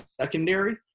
secondary